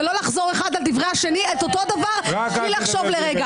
ולא לחזור אחד על דברי השני את אותו דבר בלי לחשוב לרגע.